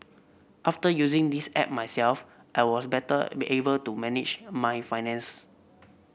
after using this app myself I was better be able to manage my finance